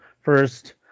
first